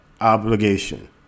obligation